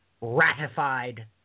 ratified